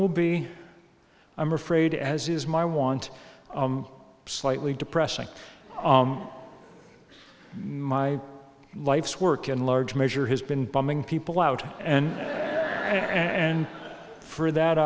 will be i'm afraid as is my want slightly depressing life's work in large measure has been bombing people out and i and for that